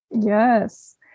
Yes